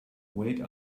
wait